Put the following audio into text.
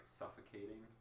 suffocating